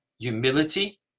humility